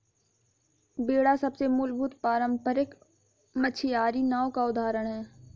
बेड़ा सबसे मूलभूत पारम्परिक मछियारी नाव का उदाहरण है